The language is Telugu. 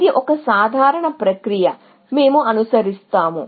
ఇది ఒక సాధారణ ప్రక్రియ మేము అనుసరిస్తాము